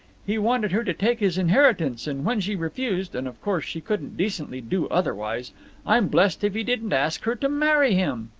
he wanted her to take his inheritance, and when she refused and of course she couldn't decently do otherwise i'm blessed if he didn't ask her to marry him.